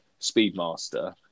Speedmaster